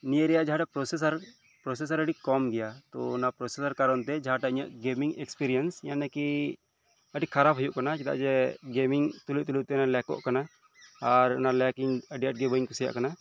ᱱᱤᱭᱟᱹ ᱨᱮᱭᱟᱜ ᱡᱟᱦᱟᱸᱴᱟᱜ ᱯᱨᱚᱥᱮᱥᱟᱨ ᱯᱨᱚᱥᱮᱥᱟᱨ ᱟᱰᱤ ᱠᱚᱢ ᱜᱮᱭᱟ ᱛᱚ ᱚᱱᱟ ᱯᱨᱚᱥᱮᱥᱟᱨ ᱠᱟᱨᱚᱱ ᱛᱮ ᱡᱟᱦᱟᱸᱴᱟᱜ ᱤᱧᱟᱹᱜ ᱜᱮᱹᱢ ᱤᱧ ᱮᱠᱥᱯᱮᱨᱤᱭᱮᱱᱥ ᱚᱱᱟ ᱠᱤ ᱟᱰᱤ ᱠᱷᱟᱨᱟᱯ ᱦᱳᱭᱳᱜ ᱠᱟᱱᱟ ᱪᱮᱫᱟᱜ ᱡᱮ ᱜᱮᱢᱤᱧ ᱛᱩᱞᱩᱡ ᱛᱩᱞᱩᱡ ᱛᱮ ᱟᱨ ᱚᱱᱟ ᱞᱮᱠᱚᱜ ᱠᱟᱱᱟ ᱟᱨ ᱞᱮᱠ ᱤᱧ ᱟᱰᱤ ᱟᱸᱴ ᱜᱮ ᱵᱟᱹᱧ ᱠᱩᱥᱤᱭᱟᱜ ᱠᱟᱱᱟ